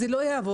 זה לא יעבוד.